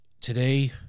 Today